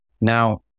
Now